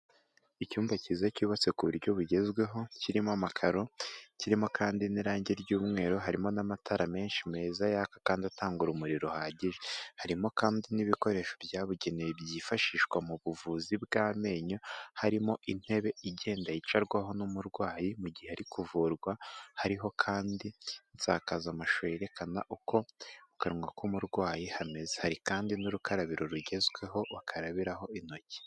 icyumba cyiza cyubatse ku buryo bugezweho kirimo amakaro kirimo kandi n'irangi ry'umweru,, harimo n'amatara menshi meza yaka kandi atanga urumuri ruhagije harimo kandi n'ibikoresho byabugenewe byifashishwa mu buvuzi bw'amenyo harimo intebe igenda yicarwaho n'umurwayi mu gihe ari kuvurwa hariho kandi insakazamashusho yerekana uko mu kanwa k'umurwayi hameze hari kandi n'urukarabiro rugezweho bakarabiho intoki.